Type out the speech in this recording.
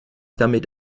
damit